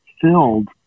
filled